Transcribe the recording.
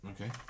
Okay